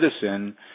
citizen